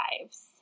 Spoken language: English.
lives